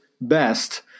best